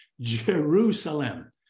Jerusalem